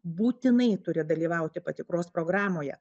būtinai turi dalyvauti patikros programoje